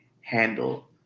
handle